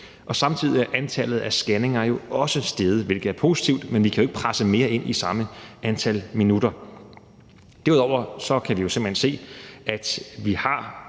og samtidig er antallet af scanninger jo også steget, hvilket er positivt, men vi kan jo ikke presse mere ind i samme antal minutter. Derudover kan vi jo simpelt hen se, at vi har